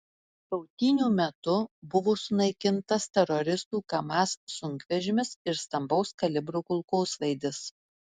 kautynių metu buvo sunaikintas teroristų kamaz sunkvežimis ir stambaus kalibro kulkosvaidis